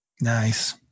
Nice